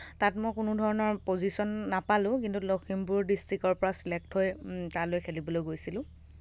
তাত মই কোনো ধৰণৰ পজিশ্যন নাপালোঁ কিন্তু লক্ষীমপুৰ ডিষ্ট্ৰকৰ পৰা চিলেক্ট হৈ তালৈ খেলিবলৈ গৈছিলোঁ